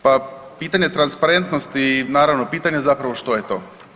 Pa pitanje transparentnosti, naravno, pitanje je zapravo što je to.